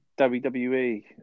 WWE